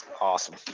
Awesome